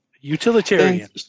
utilitarian